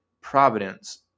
providence